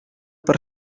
per